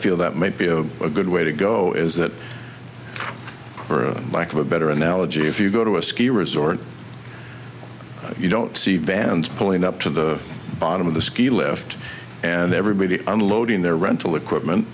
feel that might be a good way to go is that for lack of a better analogy if you go to a ski resort you don't see vans pulling up to the bottom of the ski lift and everybody unloading their rental equipment